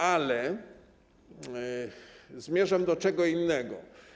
Ale zmierzam do czego innego.